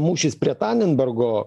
mūšis prie tanenbergo